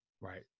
Right